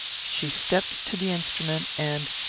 she stepped to the instrument, and,